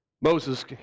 Moses